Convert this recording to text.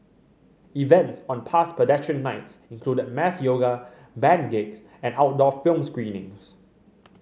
events on past Pedestrian Nights included mass yoga band gigs and outdoor film screenings